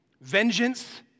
vengeance